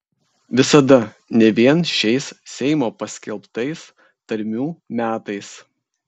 visada ne vien šiais seimo paskelbtais tarmių metais